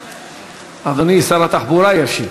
אדוני שר התחבורה ישיב.